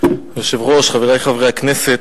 היושב-ראש, חברי חברי הכנסת,